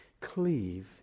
cleave